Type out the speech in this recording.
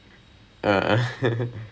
ஒன்னும் வேண்டாம்:onnum vaendaam